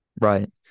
right